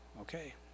okay